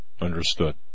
Understood